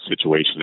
situation